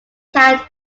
tan